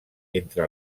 entre